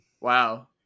Wow